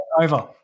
over